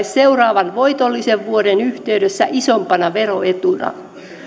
seuraavan voitollisen vuoden yhteydessä isompana veroetuna